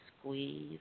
squeeze